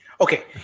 Okay